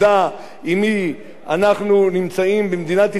נמצאים במדינת ישראל: אנשים שנכנסו שלא כחוק,